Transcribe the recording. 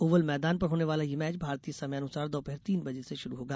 Oval मैदान पर होने वाला यह मैच भारतीय समयानुसार दोपहर तीन बजे से शुरु होगा